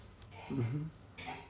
mmhmm